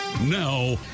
Now